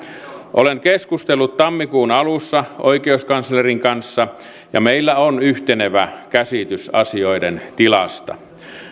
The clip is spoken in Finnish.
olen keskustellut tammikuun alussa oikeuskanslerin kanssa ja meillä on yhtenevä käsitys asioiden tilasta